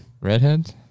Redheads